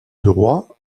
droit